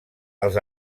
els